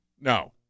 No